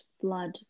flood